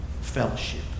Fellowship